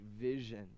vision